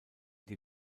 die